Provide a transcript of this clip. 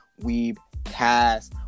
WeebCast